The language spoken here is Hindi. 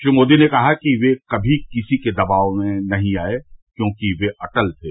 श्री मोदी ने कहा कि वे कभी किसी के दबाव में नहीं आये क्योंकि वे अटल थे